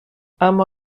اما